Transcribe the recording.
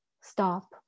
stop